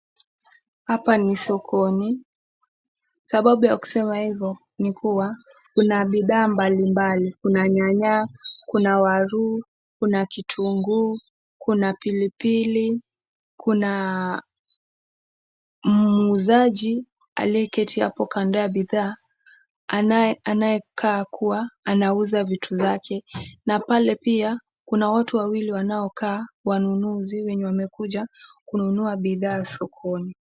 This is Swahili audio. Hapa ni sokoni, sababu ya kusema hivo ni kuwa, Kuna bidhaa mbali mbali. Kuna nyanya, Kuna waruu ,Kuna kitunguu, Kuna pilipili. Kuna muzaji aliye keti hapo kando ya bidhaa anaye kaa kuwa ana uza vitu zake. Na pale pia Kuna watu wawili wanao kaa wanunuzi wenye wamekuja kununua bidhaa sokoni.